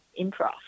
improv